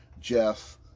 Jeff